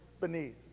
beneath